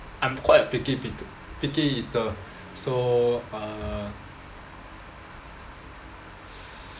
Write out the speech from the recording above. I'm quite a picky pit~ picky eater so uh